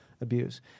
abuse